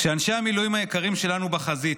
כשאנשי המילואים היקרים שלנו בחזית,